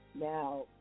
Now